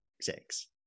six